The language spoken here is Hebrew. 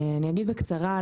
אני אגיד בקצרה,